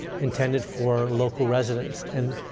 intended for local residents. and